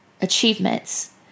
achievements